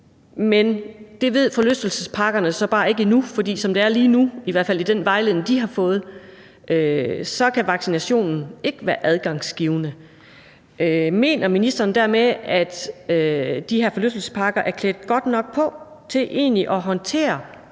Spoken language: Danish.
men det ved forlystelsesparkerne så bare ikke endnu, for som det er lige nu – i hvert fald i den vejledning, de har fået – kan vaccinationen ikke være adgangsgivende. Mener ministeren dermed, at de her forlystelsesparker egentlig er klædt godt nok på til at håndtere